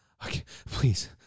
Please